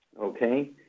Okay